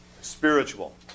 spiritual